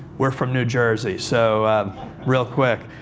we're from new jersey. so real quick,